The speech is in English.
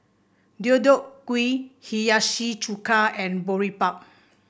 Deodeok Gui Hiyashi Chuka and Boribap